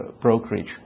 brokerage